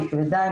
היא כבדה,